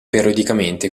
periodicamente